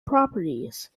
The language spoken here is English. properties